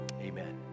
amen